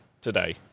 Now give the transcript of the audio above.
today